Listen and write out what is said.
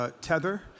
Tether